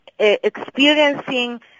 experiencing